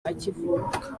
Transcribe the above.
akivuka